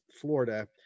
Florida